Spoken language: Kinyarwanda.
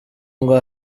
ngo